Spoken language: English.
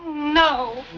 no.